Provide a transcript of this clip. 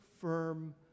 firm